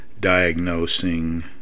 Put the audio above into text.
Diagnosing